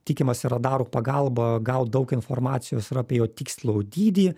tikimasi radarų pagalba gaut daug informacijos ir apie jo tikslų dydį